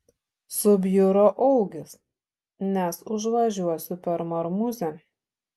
subjuro augis nes užvažiuosiu per marmuzę